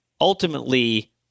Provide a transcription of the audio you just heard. Ultimately